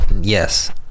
Yes